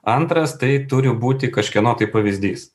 antras tai turi būti kažkieno tai pavyzdys